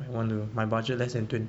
卖完了 my budget less than twenty